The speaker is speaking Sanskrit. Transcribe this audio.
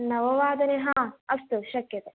नववादने हा अस्तु शक्यते